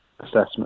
assessment